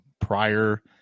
prior